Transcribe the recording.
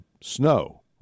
snow